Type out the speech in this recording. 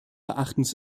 erachtens